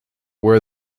where